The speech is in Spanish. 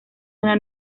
una